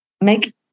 make